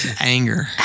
anger